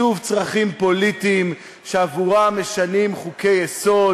שוב צרכים פוליטיים שעבורם משנים חוקי-יסוד